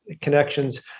connections